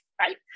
right